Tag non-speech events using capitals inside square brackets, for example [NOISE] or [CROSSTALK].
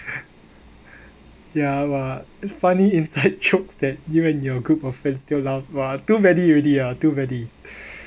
[LAUGHS] ya what it's funny inside jokes [LAUGHS] that you and your group of friends still laugh !wah! too many already ah too many